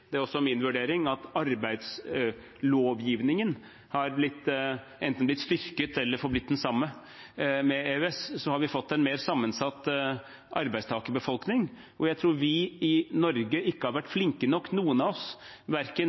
det er også min vurdering – har vi fått en mer sammensatt arbeidstakerbefolkning. Jeg tror ikke noen av oss i Norge har vært flinke nok, verken